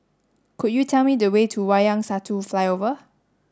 could you tell me the way to Wayang Satu Flyover